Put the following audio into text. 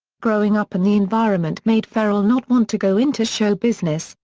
growing up in the environment made ferrell not want to go into show business,